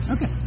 Okay